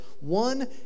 One